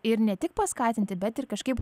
ir ne tik paskatinti bet ir kažkaip